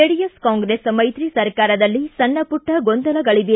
JDS Congress ಮೈತ್ರಿ ಸರ್ಕಾರದಲ್ಲಿ ಸಣ್ಣ ಪುಟ್ಟ ಗೊಂದಲಗಳವೆ